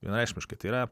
vienareikšmiškai tai yra